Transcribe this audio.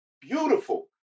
beautiful